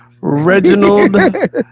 Reginald